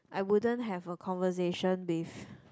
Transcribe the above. I wouldn't have a conversation with